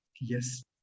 Yes